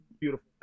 beautiful